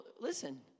Listen